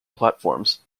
platforms